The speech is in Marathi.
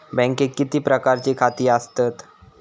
बँकेत किती प्रकारची खाती आसतात?